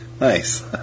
Nice